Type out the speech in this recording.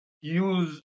use